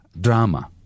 drama